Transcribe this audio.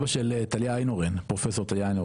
יצוין שהוא סבא של פרופ' טליה איינהורן.